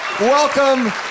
Welcome